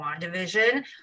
WandaVision